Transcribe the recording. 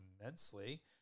immensely